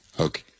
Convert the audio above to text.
Okay